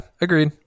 agreed